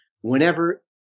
whenever